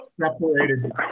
separated